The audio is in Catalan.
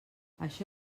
això